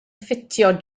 ffitio